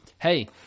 Hey